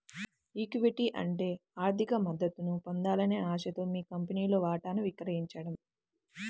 equity అంటే ఆర్థిక మద్దతును పొందాలనే ఆశతో మీ కంపెనీలో వాటాను విక్రయించడం